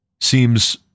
seems